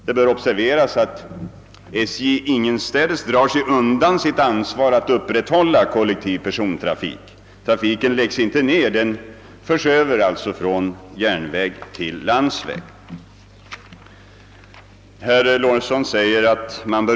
Det bör observeras att SJ inte drar sig undan sitt ansvar att upprätthålla kollektiv persontrafik. Trafiken läggs inte ner — den förs över från järnväg till landsväg. Herr Lorentzon säger, att man bö?